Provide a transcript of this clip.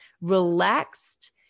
relaxed